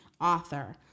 author